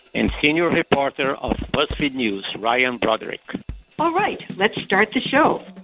and senior reporter of buzzfeed news, ryan broderick all right. let's start the show